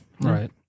Right